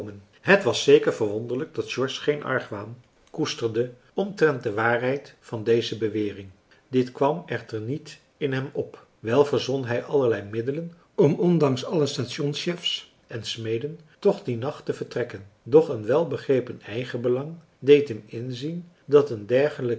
het was zeker verwonderlijk dat george geen argwaan koesterde omtrent de waarheid van deze bewering dit kwam echter niet in hem op wel verzon hij allerlei middelen om ondanks alle station chefs en smeden toch dien nacht te vertrekken doch een welbegrepen eigenbelang deed hem inzien dat een dergelijke